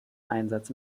einsatz